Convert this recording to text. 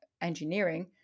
engineering